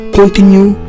continue